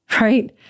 right